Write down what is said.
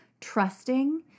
trusting